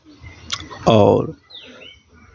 आओर